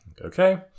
Okay